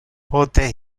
pote